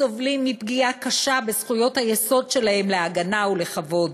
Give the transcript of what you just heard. סובלים מפגיעה קשה בזכויות היסוד שלהם להגנה ולכבוד,